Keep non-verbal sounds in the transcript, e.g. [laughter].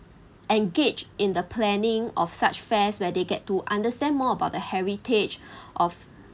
engage in the planning of such fairs where they get to understand more about the heritage [breath] of